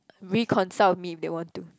reconsult me if they want to